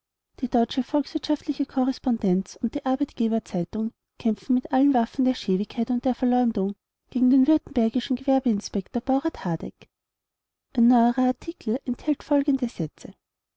die deutsche volkswirtschaftliche korrespondenz und die arbeitgeberzeitung kämpfen mit allen waffen der schäbigkeit und der verleumdung gegen den württembergischen gewerbeinspektor baurat hardegg ein neuerer artikel enthält folgende sätze